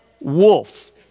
wolf